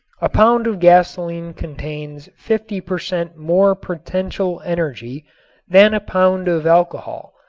a pound of gasoline contains fifty per cent. more potential energy than a pound of alcohol,